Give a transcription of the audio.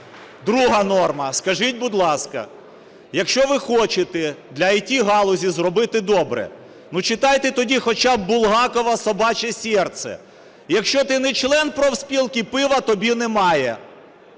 Друга норма. Скажіть, будь ласка, якщо ви хочете для ІТ-галузі зробити добре, ну читайте тоді хоча б Булгакова "Собаче серце": якщо ти – не член профспілки, пива тобі немає.